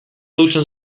dutxan